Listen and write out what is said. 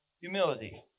humility